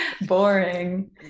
boring